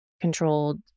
controlled